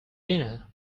dinner